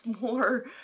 more